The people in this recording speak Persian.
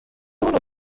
اونو